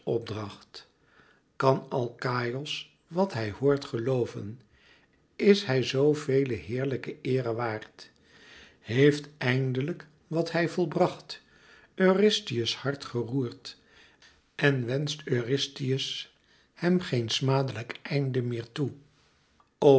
opdracht kan alkaïos wat hij hoort gelooven is hij zoo vele heerlijke eere waard heeft eindelijk wat hij volbracht eurystheus hart geroerd en wenscht eurystheus hem geen smadelijk einde meer toe